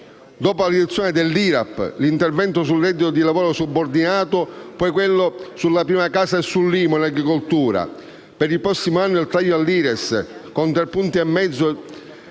Dopo la riduzione dell'IRAP, l'intervento sul reddito di lavoro subordinato, poi quello sulla prima casa e sull'IMU in agricoltura, per il prossimo anno il taglio dell'IRES con tre punti e mezzo